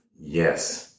Yes